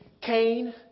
Cain